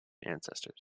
ancestors